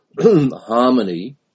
harmony